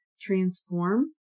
transform